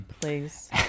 please